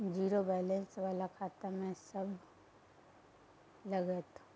Zero balance वाला खाता में की सब लगतै?